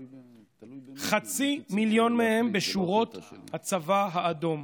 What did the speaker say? חצי מיליון מהם בשורות הצבא האדום.